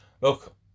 look